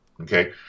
Okay